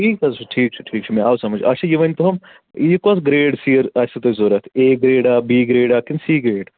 ٹھیٖک حظ چھُ ٹھیٖک چھُ ٹھیٖک چھُ مےٚ آو سمٕجھ اَچھا یہِ یہِ ؤنۍتہوم یہِ کۄس گرٛیڈ سیٖر آسہِ تۄہہِ ضوٚرَتھ اے گرٛیڈا بی گرٛیڈا کِنہٕ سی گرٛیڈ